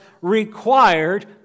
required